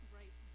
right